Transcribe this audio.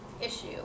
issue